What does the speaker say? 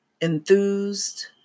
enthused